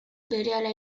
berehala